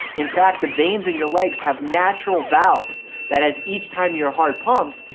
in fact, the veins in your legs have natural valves that as each time your heart pumps,